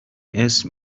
اسم